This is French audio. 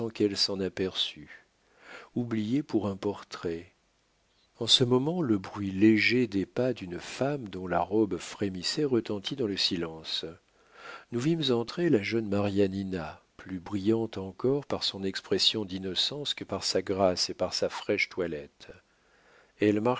qu'elle s'en aperçût oublié pour un portrait en ce moment le bruit léger des pas d'une femme dont la robe frémissait retentit dans le silence nous vîmes entrer la jeune marianina plus brillante encore par son expression d'innocence que par sa grâce et par sa fraîche toilette